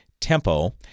Tempo